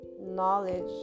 knowledge